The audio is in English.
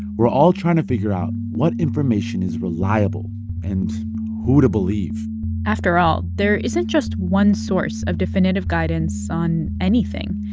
we're all trying to figure out what information is reliable and who to believe after all, there isn't just one source of definitive guidance on anything.